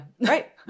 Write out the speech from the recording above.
Right